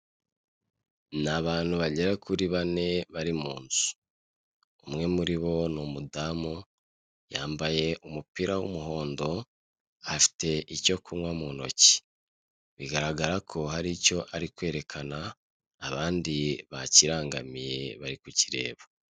Ni abantu bagera kuri bane bari mu nzu. Umwe muri bo ni umudamu yambaye umupira w'umuhondo, afite icyo kunywa mu ntoki. Bigaragara ko hari icyo ari kwerekana, abandi bakirangamiye bari kukireba.